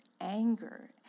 anger